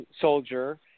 soldier